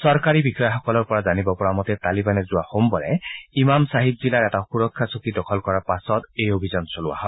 চৰকাৰী বিষয়াসকলৰ পৰা জানিব পৰা মতে তালিৱানে যোৱা সোমবাৰে ইমাম চাহিব জিলাৰ এটা সুৰক্ষা চকী দখল কৰাৰ পাছত এই অভিযান চলোৱা হয়